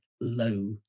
low